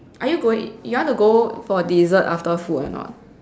are you going you want to go for dessert after food or not